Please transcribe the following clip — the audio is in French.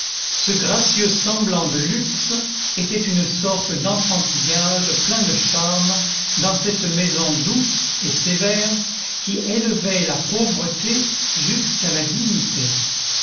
ce gracieux semblant de luxe était une sorte d'enfantillage plein de charme dans cette maison douce et sévère qui élevait la pauvreté jusqu'à la dignité